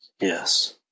Yes